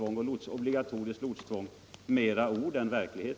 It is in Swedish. Annars är det ”obligatoriska lotstvånget” ord i stället för verklighet.